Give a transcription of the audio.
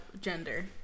gender